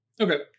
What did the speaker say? Okay